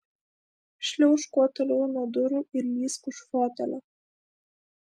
šliaužk kuo toliau nuo durų ir lįsk už fotelio